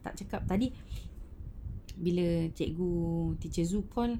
tak cakap tadi bila cikgu teacher zul call